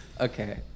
Okay